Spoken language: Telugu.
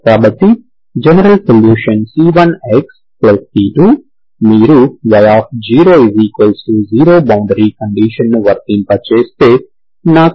కాబట్టి జనరల్ సొల్యూషన్ c1xc2 మీరు y0 బౌండరీ కండీషన్ ని వర్తింపజేస్తే నాకు c1